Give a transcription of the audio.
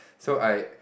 so I